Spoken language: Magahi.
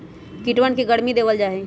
कीटवन के गर्मी देवल जाहई